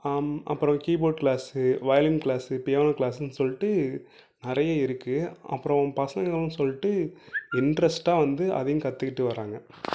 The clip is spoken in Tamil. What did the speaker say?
அப்பறம் keyboard class violin class piano கிளாஸூன்னு சொல்லிட்டு நிறைய இருக்குது அப்புறோம் பசங்களும் சொல்லிட்டு இண்ட்ரெஸ்ட்டாக வந்து அதையும் கற்றுக்கிட்டு வராங்க